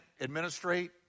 administrate